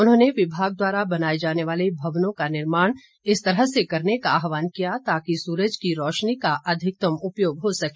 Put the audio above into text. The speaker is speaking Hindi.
उन्होंने विभाग द्वारा बनाए जाने वाले भवनों का निर्माण इस तरह से करने का आहवान किया ताकि सूरज की रोशनी का अधिकतम उपयोग हो सके